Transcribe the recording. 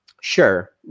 sure